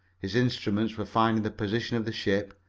his instruments for finding the position of the ship,